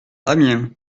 amiens